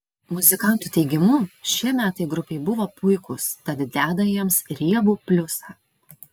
muzikantų teigimu šie metai grupei buvo puikūs tad deda jiems riebų pliusą